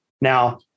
Now